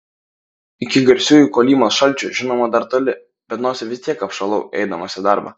iki garsiųjų kolymos šalčių žinoma dar toli bet nosį vis tiek apšalau eidamas į darbą